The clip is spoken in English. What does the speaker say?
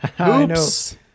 Oops